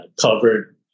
covered